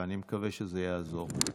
ואני מקווה שזה יעזור.